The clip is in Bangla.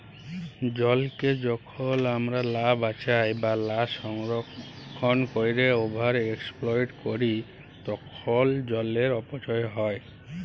জলকে যখল আমরা লা বাঁচায় বা লা সংরক্ষল ক্যইরে ওভার এক্সপ্লইট ক্যরি তখল জলের অপচয় হ্যয়